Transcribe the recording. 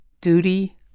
duty